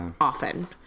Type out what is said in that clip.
often